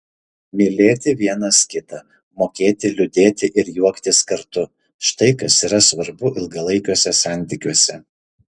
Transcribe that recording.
mylėti vienas kitą mokėti liūdėti ir juoktis kartu štai kas yra svarbu ilgalaikiuose santykiuose